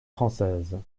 françaises